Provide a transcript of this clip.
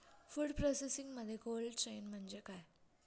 Food प्रोसेसिंगमध्ये cold chain म्हणजे काय?